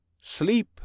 Sleep